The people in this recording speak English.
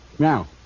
Now